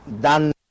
done